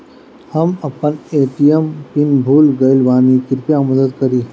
हम अपन ATM PIN भूल गएल बानी, कृपया मदद करीं